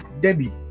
Debbie